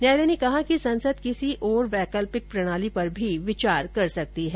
न्यायालय ने कहा कि संसद किसी ओर वैकल्पिक प्रणाली पर भी विचार कर सकती है